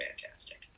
fantastic